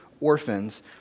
Orphans